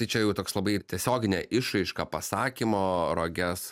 tai čia jau toks labai tiesioginė išraiška pasakymo roges